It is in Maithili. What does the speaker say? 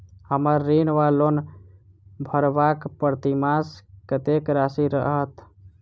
हम्मर ऋण वा लोन भरबाक प्रतिमास कत्तेक राशि रहत?